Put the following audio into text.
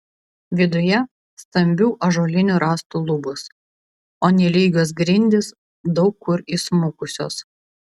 viduje stambių ąžuolinių rąstų lubos o nelygios grindys daug kur įsmukusios